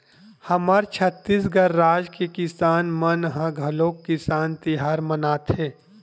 हमर छत्तीसगढ़ राज के किसान मन ह घलोक किसान तिहार मनाथे